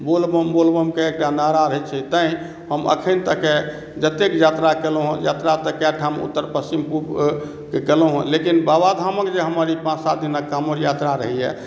बोलबम बोलबम के एकटा नारा रहै छै तैं हम अखन तक के जते यात्रा केलहुॅं यात्रा तऽ कए ठाम उत्तर पश्चिम पूर्व जे गेलहुॅं हँ लेकिन बाबाधामक जे हमर ई पाँच सात दिनक काँवर यात्रा रहैया